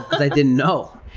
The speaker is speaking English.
i didn't know!